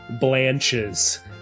blanches